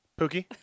Pookie